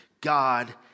God